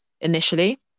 initially